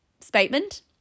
statement